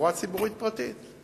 לתחבורה ציבורית פרטית.